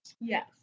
Yes